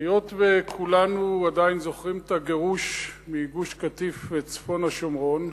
היות שכולנו עדיין זוכרים את הגירוש מגוש-קטיף וצפון השומרון,